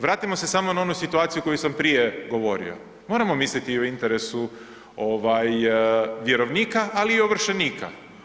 Vratimo se samo na onu situaciju koju sam prije govorio, moramo misliti u interesu vjerovnika, ali i ovršenika.